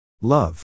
Love